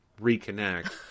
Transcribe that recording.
reconnect